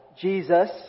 Jesus